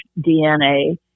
DNA